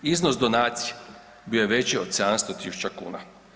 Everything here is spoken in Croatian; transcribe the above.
Iznos donacije bio je veći od 700.000 kuna.